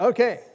Okay